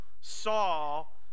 Saul